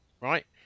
right